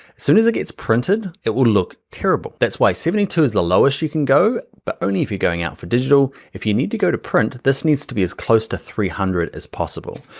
soon as it gets printed, it will look terrible. that's why seventy two is the lowest you can go, but only if you're going out for digital. if you need to go to print, this needs to be as close to three hundred as possible.